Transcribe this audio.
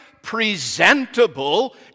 presentable